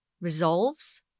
resolves